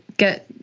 Get